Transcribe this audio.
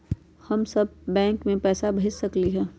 हम सब बैंक में पैसा भेज सकली ह?